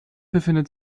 befindet